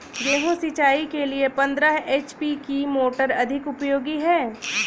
गेहूँ सिंचाई के लिए पंद्रह एच.पी की मोटर अधिक उपयोगी है?